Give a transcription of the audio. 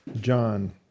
John